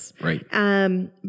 Right